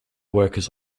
workers